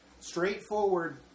straightforward